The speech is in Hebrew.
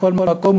בכל מקום,